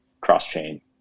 cross-chain